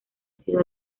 sido